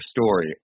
story